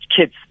kids